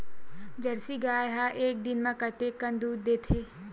Jersey गाय ह एक दिन म कतेकन दूध देथे?